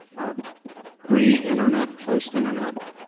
um pre-internet, post-internet,